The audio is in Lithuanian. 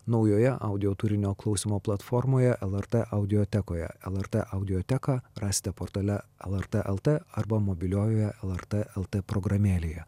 naujoje audio turinio klausymo platformoje lrt audiotekoje lrt audioteką rasite portale lrt el t arba mobiliojoje lrt el t programėlėje